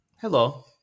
Hello